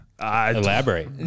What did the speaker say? Elaborate